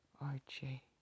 Archie